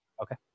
Okay